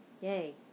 Yay